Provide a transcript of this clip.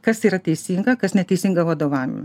kas yra teisinga kas neteisinga vadovavimui